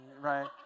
right